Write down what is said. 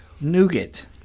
Nougat